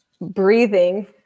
breathing